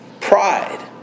Pride